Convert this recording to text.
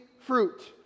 fruit